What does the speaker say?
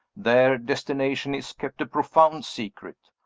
their destination is kept a profound secret.